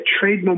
trade